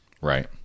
right